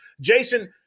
jason